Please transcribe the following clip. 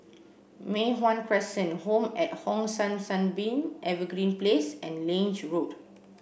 Mei Hwan Crescent Home at Hong San Sunbeam Evergreen Place and Lange Road